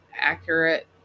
accurate